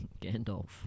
Gandalf